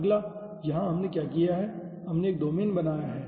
अगला यहाँ हमने क्या किया है हमने एक डोमेन बनाया है